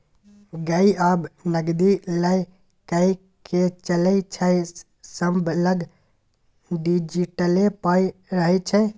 गै आब नगदी लए कए के चलै छै सभलग डिजिटले पाइ रहय छै